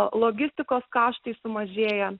logistikos kaštai sumažėja